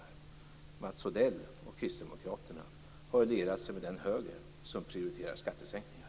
Mats Odell och Kristdemokraterna har ju lierat sig med den höger som prioriterar skattesänkningar.